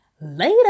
Later